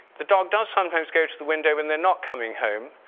the dog does sometimes go to the window when they're not coming home,